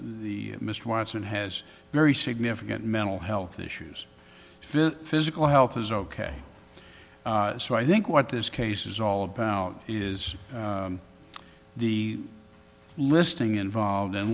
the mr watson has very significant mental health issues physical health is ok so i think what this case is all about is the listing in